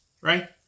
Right